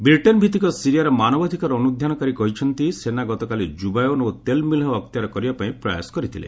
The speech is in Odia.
ବ୍ରିଟେନ୍ ଭିତ୍ତିକ ସିରିଆର ମାନବାଧୂକାର ଅନ୍ତ୍ରଧ୍ୟାନକାରୀ କହିଛନ୍ତି ସେନା ଗତକାଲି ଜ୍ରବାୟନ ଓ ତେଲ ମିଲହ ଅକ୍ତିଆର କରିବା ପାଇଁ ପ୍ରୟାସ କରିଥିଲେ